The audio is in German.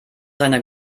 seiner